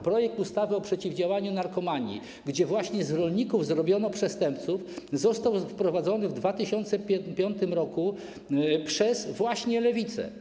Projekt ustawy o przeciwdziałaniu narkomanii, gdzie właśnie z rolników zrobiono przestępców, został wprowadzony w 2005 r. właśnie przez Lewicę.